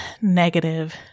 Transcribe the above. negative